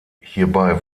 hierbei